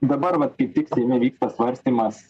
dabar vat kaip tik seime vyksta svarstymas